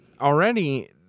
already